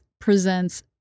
presents